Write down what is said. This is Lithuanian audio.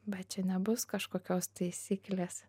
bet čia nebus kažkokios taisyklės